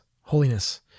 holiness